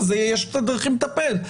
אז יש את הדרכים לטפל.